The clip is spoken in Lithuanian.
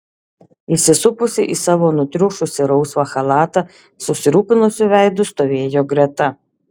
įsisupusi į savo nutriušusį rausvą chalatą susirūpinusiu veidu stovėjo greta